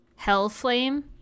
Hellflame